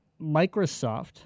Microsoft